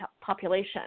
population